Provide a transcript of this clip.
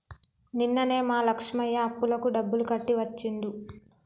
నిన్ననే మా లక్ష్మయ్య అప్పులకు డబ్బులు కట్టి వచ్చిండు